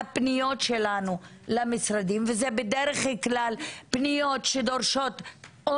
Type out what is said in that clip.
הפניות שלנו למשרדים וזה בדרך כלל פניות שדורשות או